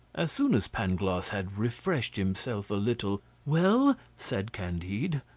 as soon as pangloss had refreshed himself a little well, said candide,